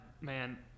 Man